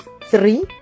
three